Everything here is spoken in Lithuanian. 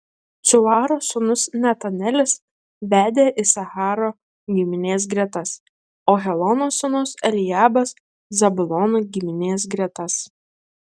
cuaro sūnus netanelis vedė isacharo giminės gretas o helono sūnus eliabas zabulono giminės gretas